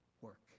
work